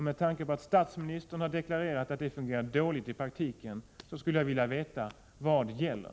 Med tanke på att statsministern har deklarerat att sådana betygssystem fungerar dåligt i praktiken skulle jag vilja veta: Vad gäller?